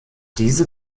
diese